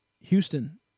Houston